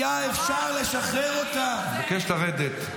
היה אפשר לשחרר אותם -- אני מבקש לרדת.